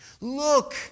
look